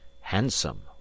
handsome